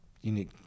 unique